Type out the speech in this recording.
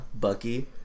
Bucky